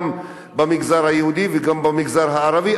גם במגזר היהודי וגם במגזר הערבי.